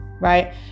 right